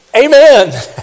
Amen